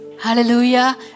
Hallelujah